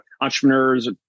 entrepreneurs